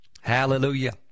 Hallelujah